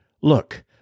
Look